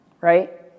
right